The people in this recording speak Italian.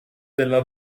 della